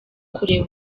kureba